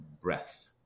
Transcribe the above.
breath